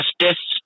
justice